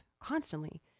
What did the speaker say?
constantly